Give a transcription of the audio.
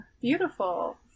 Beautiful